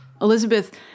Elizabeth